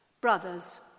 Brothers